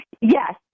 yes